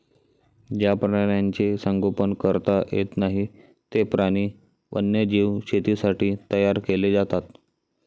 ज्या प्राण्यांचे संगोपन करता येत नाही, ते प्राणी वन्यजीव शेतीसाठी तयार केले जातात